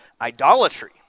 idolatry